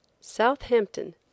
Southampton